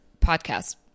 podcast